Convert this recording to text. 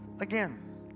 Again